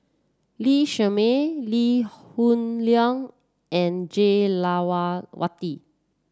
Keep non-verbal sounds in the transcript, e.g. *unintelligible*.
Lee Shermay Lee Hoon Leong and Jah *unintelligible*